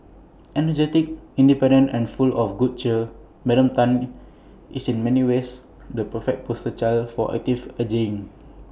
energetic independent and full of good cheer Madam Tan is in many ways the perfect poster child for active ageing